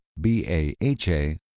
B-A-H-A